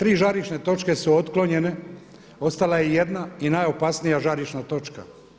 Tri žarišne točke su otklonjene, ostala je jedna i najopasnija žarišna točka.